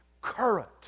current